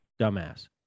dumbass